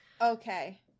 okay